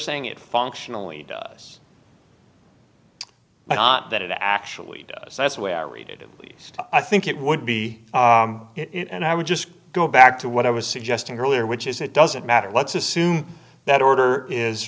saying it functionally does but not that it actually does that's the way i read it at least i think it would be it and i would just go back to what i was suggesting earlier which is it doesn't matter let's assume that order is